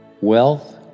Wealth